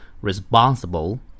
responsible